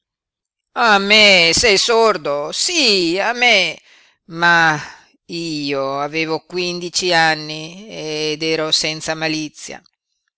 a me sei sordo sí a me ma io avevo quindici anni ed ero senza malizia